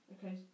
Okay